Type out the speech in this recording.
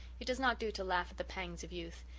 it does not do to laugh at the pangs of youth.